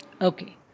Okay